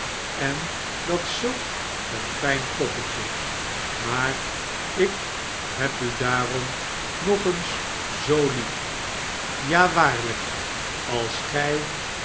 en dat zulk een fljn poppetje maar ik heb u barnaby rudge daarom nog eens zoo lief ja waarlijk als gij